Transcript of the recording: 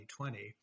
2020